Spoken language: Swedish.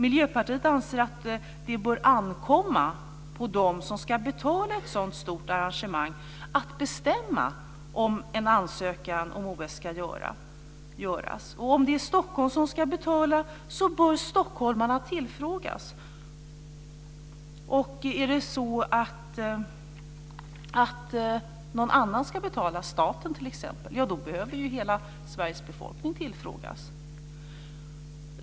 Miljöpartiet anser att det bör ankomma på dem som ska betala ett sådant stort arrangemang att bestämma om en ansökan om OS ska göras.